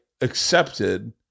accepted